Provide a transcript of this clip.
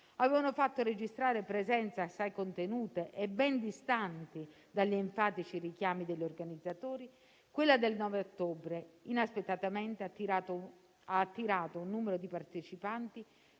avevano fatto registrare presenze assai contenute e ben distanti dagli enfatici richiami degli organizzatori, quella del 9 ottobre inaspettatamente ha attirato un numero di partecipanti